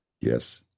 Yes